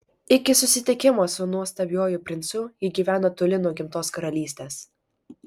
iki susitikimo su nuostabiuoju princu ji gyvena toli nuo gimtos karalystės